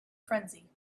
frenzy